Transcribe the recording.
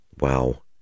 Wow